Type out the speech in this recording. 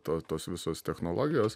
to tos visos technologijos